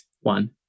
one